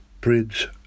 Bridge